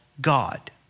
God